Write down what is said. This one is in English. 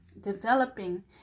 developing